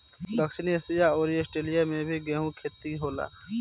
दक्षिण एशिया अउर आस्ट्रेलिया में भी गेंहू के खेती होला